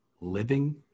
living